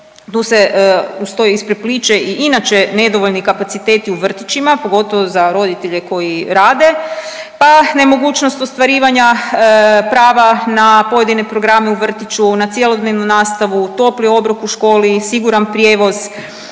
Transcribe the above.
tu se uz to isprepliće i inače nedovoljni kapaciteti u vrtićima, pogotovo za roditelje koji rade, pa nemogućnost ostvarivanja prava na pojedine programe u vrtiću, na cjelodnevnu nastavu, topli obrok u školi i siguran prijevoz,